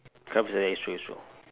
like that it's true it's true